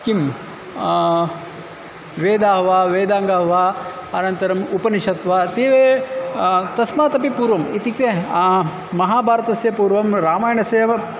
किं वेदाः वा वेदाङ्गानि वा अनन्तरम् उपनिषद्वा ते एव तस्मात् अपि पूर्वम् इत्युक्ते महाभारतस्य पूर्वं रामायणस्यैव